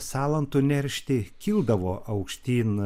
salantu neršti kildavo aukštyn